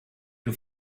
più